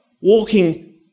walking